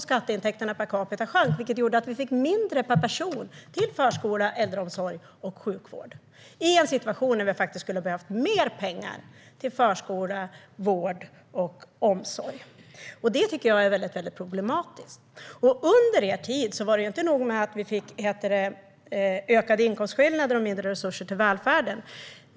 Skatteintäkterna per capita sjönk, vilket gjorde att vi fick mindre per person till förskola, äldreomsorg och sjukvård i en situation när vi faktiskt hade behövt mer pengar till förskola, vård och omsorg. Det tycker jag är väldigt problematiskt. Under er tid var det inte nog med att vi fick ökade inkomstskillnader och mindre resurser till välfärden.